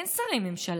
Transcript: אין שרי ממשלה.